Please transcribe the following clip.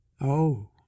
Oh